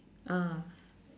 ah